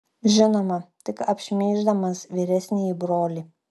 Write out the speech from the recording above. žinoma tik apšmeiždamas vyresnįjį brolį